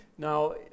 Now